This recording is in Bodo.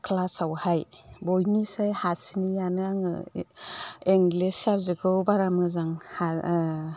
क्लासावहाय बयनिसाय हासिनैयानो आङो इंलिस साबजेक्टखौ बारा मोजां